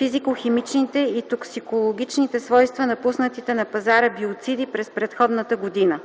физико-химичните и токсикологичните свойства на пуснатите на пазара биоциди през предходната година.